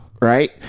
right